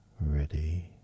Ready